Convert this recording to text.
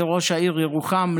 כראש העיר ירוחם,